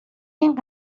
این